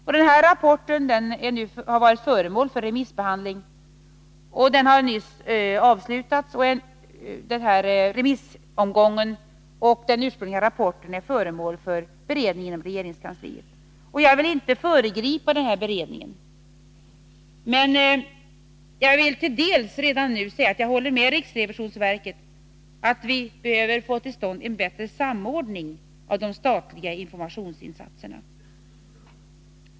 Denna rapport har varit föremål för remissbehandling. Remissomgången har nyss avslutats, och den ursprungliga rapporten bereds nu inom regeringskansliet. Jag skall inte föregripa denna beredning, men jag vill redan nu säga att jag håller med riksrevisionsverket att vi behöver få till stånd en bättre samordning av de statliga informationsinsatserna.